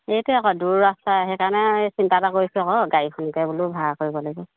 সেইটোৱে আকৌ দূৰ ৰাস্তা সেইকাৰণে চিন্তা এটা কৰিছোঁ আকৌ গাড়ীখনকে বোলো ভাড়া কৰিব লাগিব